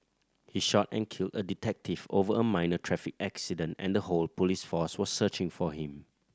he shot and killed a detective over a minor traffic accident and the whole police force was searching for him